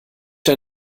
der